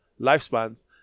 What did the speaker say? lifespans